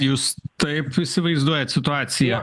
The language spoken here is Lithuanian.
jūs taip įsivaizduojat situaciją